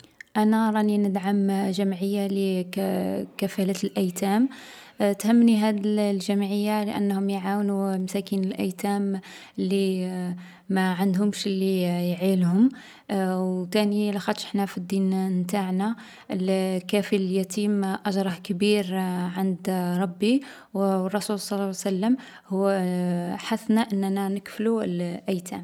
أنا راني ندعم جمعية لي كـ كفالة الأيتام. تهمني هاذ الـ الجمعية لأنهم يعاونو المساكين الأيتام لي يـ ما عندهمش لي يـ يعينهم. و تاني لاخاطش في الدين نـ نتاعنا، الـ كافل اليتيم أجره كبير عند ربي و و الرسول صلى لله وسلم هو حثنا أننا نكفلو الـ الأيتام.